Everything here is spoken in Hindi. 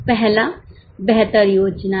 पहला बेहतर योजना है